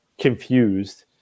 confused